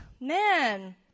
man